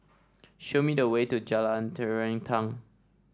show me the way to Jalan Terentang